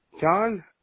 John